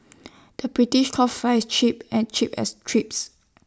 the British calls Fries Chips and chips as trips